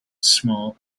small